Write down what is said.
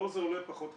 לו זה עולה פחות כסף,